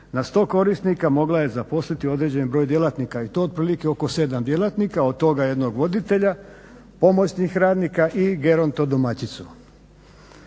na sto korisnika mogla je zaposliti određeni broj djelatnika. I to otprilike oko 7 djelatnika, od toga 1 voditelja, pomoćnih radnika i gerontodomaćicu.